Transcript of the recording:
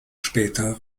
später